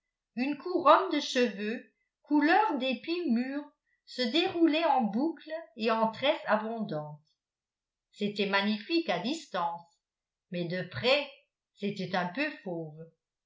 une couronne de cheveux couleur d'épis mûrs se déroulait en boucles et en tresses abondantes c'était magnifique à distance mais de près c'était un peu fauve